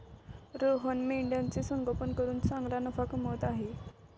रोहन मेंढ्यांचे संगोपन करून चांगला नफा कमवत आहे